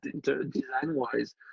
design-wise